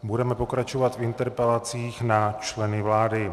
Budeme pokračovat v interpelacích na členy vlády.